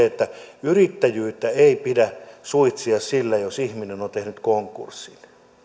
että yrittäjyyttä ei pidä suitsia sillä jos ihminen on tehnyt konkurssin